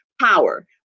power